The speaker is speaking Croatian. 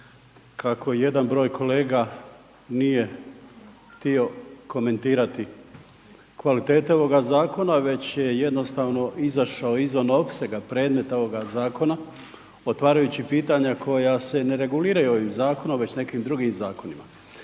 kako jedan broj kolega nije htio komentirati kvalitete ovoga Zakona, već je jednostavno izašao izvan opsega predmeta ovoga Zakona otvarajući pitanja koja se ne reguliraju ovim Zakonom, već nekim drugim Zakonima.